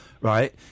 right